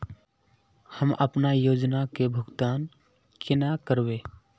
हम अपना योजना के भुगतान केना करबे?